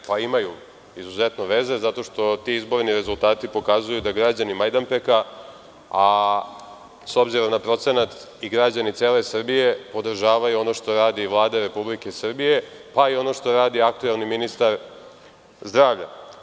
Imaju izuzetno veze zato što ti izborni rezultati pokazuju da građani Majdanpeka, a s obzirom na procenat i građani cele Srbije, podržavaju ono što radi Vlada Republike Srbije, pa i ono što radi aktuelni ministar zdravlja.